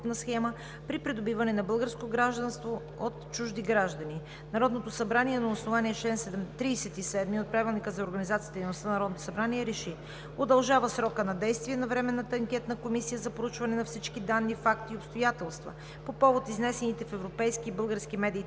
схема при придобиване на българско гражданство от чужди граждани Народното събрание на основание чл. 37 от Правилника за организацията и дейността на Народното събрание РЕШИ: Удължава срока на действие на Временната анкетна комисия за проучване на всички данни, факти и обстоятелства по повод изнесените в европейски и български медии